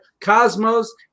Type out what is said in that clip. Cosmos